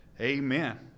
Amen